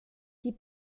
die